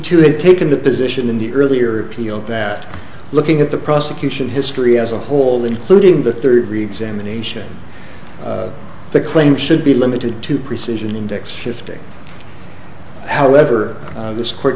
too had taken the position in the earlier appeal that looking at the prosecution history as a whole including the third reexamination the claim should be limited to precision index shifting however this